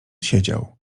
siedział